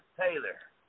Taylor